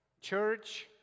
church